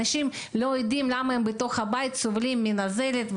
אנשים לא יודעים למה בתוך הבית הם סובלים מנזלת,